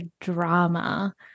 drama